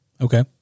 Okay